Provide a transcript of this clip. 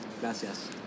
Gracias